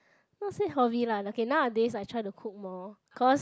not say hobby lah okay nowadays I try to cook more cause